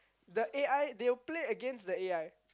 the A_I they will play against the A_I